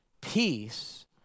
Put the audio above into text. Peace